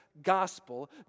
Gospel